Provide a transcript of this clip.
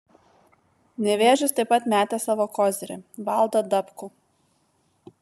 nevėžis taip pat metė savo kozirį valdą dabkų